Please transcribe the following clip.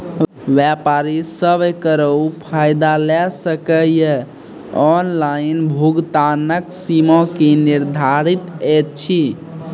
व्यापारी सब एकरऽ फायदा ले सकै ये? ऑनलाइन भुगतानक सीमा की निर्धारित ऐछि?